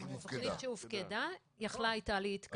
רק תכנית שהופקדה יכולה הייתה להתקדם.